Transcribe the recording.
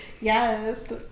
yes